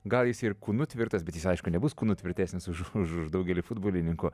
gal jis ir kūnu tvirtas bet jis aišku nebus kūnu tvirtesnis už už daugelį futbolininkų